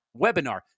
webinar